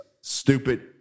stupid